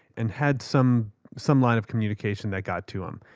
and had some some line of communication that got to him.